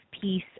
peace